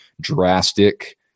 drastic